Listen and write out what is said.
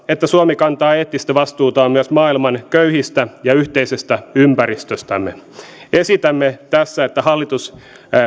että suomi kantaa eettistä vastuutaan myös maailman köyhistä ja yhteisestä ympäristöstämme esitämme tässä että hallitus